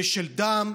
ושל דם,